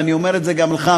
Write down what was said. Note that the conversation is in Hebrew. ואני אומר את זה גם לך,